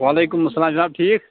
وعلیکُم اسلام جناب ٹھیٖک